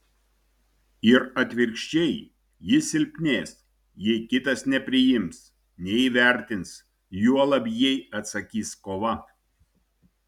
ir atvirkščiai ji silpnės jei kitas nepriims neįvertins juolab jei atsakys kova